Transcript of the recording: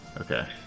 Okay